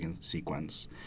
sequence